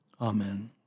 Amen